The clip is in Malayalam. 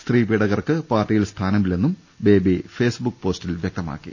സത്രീപീഡകർക്ക് പാർട്ടിയിൽ സ്ഥാനമില്ലെന്നും ബേബി ഫേസ്ബുക്ക് പോസ്റ്റിൽ വൃക്തമാക്കി